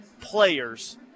players